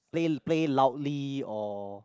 play play loudly or